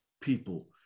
people